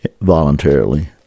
voluntarily